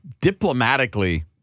diplomatically